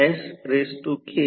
9 आणि X L 5